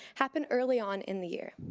happen early on in the year.